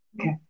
Okay